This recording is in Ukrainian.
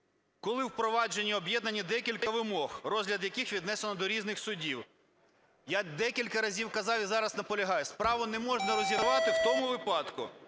коли у проваджені об'єднані декілька вимог, розгляд яких віднесено до різних судів. Я декілька разів казав, і зараз наполягаю: справу не можна розірвати в тому випадку,